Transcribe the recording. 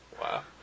Wow